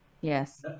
Yes